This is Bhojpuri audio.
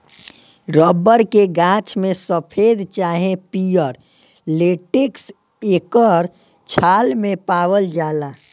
रबर के गाछ में सफ़ेद चाहे पियर लेटेक्स एकर छाल मे पावाल जाला